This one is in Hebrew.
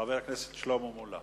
חבר הכנסת שלמה מולה.